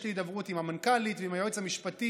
יש לי הידברות עם המנכ"לית ועם היועץ המשפטי.